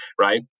Right